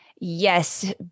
Yes